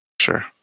Sure